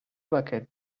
bucket